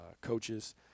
coaches